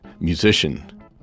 musician